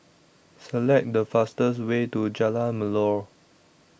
Select The fastest Way to Jalan Melor